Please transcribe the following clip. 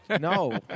No